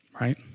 right